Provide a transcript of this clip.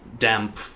damp